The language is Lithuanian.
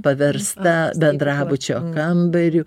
paversta bendrabučio kambariu